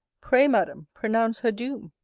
pray, madam, pronounce her doom.